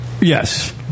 Yes